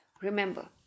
Remember